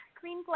Green